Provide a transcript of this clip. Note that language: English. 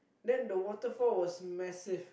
then the waterfall was massive